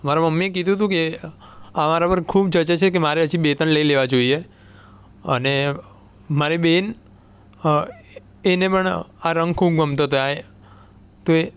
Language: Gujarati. મારાં મમ્મીએ કીધું તું કે આ મારા પર ખૂબ જચે છે કે મારે હજી બે ત્રણ લઈ લેવા જોઈએ અને મારી બેન એને પણ આ રંગ ખૂબ ગમતો તો આ એ તો એ